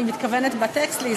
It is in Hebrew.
אני מתכוונת בטקסט להזדרז.